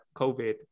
COVID